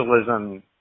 socialism